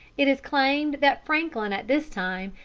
it is claimed that franklin, at this time,